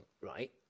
right